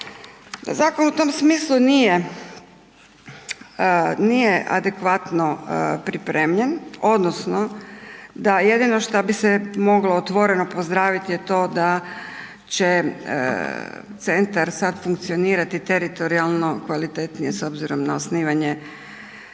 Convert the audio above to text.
zakon u tom smislu nije, nije adekvatno pripremljen odnosno da jedino šta bi se moglo otvoreno pozdraviti je to da će centar sad funkcionirati teritorijalno kvalitetnije s obzirom na osnivanje